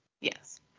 Yes